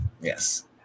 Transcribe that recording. Yes